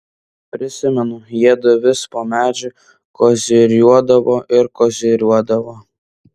prisimenu jiedu vis po medžiu koziriuodavo ir koziriuodavo